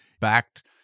backed